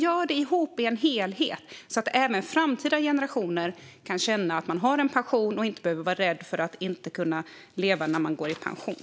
Gör det ihop, i en helhet, så att även framtida generationer kan känna att de har en pension och inte behöver vara rädda för att inte kunna leva när man går i pension!